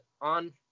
on